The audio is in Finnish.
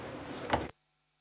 arvoisa